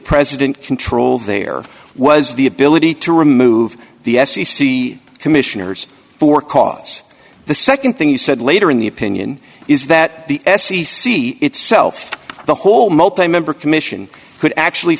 president control there was the ability to remove the f c c commissioners for cause the nd thing you said later in the opinion is that the f c c itself the whole multi member commission could actually